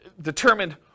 determined